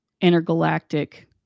intergalactic